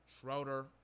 Schroeder